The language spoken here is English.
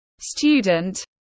student